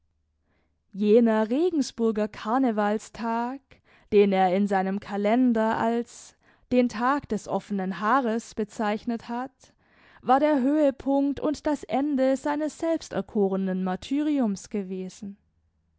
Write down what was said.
jener regensburger karnevalstag den er in seinem kalender als den tag des offenen haares bezeichnet hat war der höhepunkt und das ende seines selbsterkorenen martyriums gewesen